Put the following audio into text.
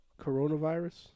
coronavirus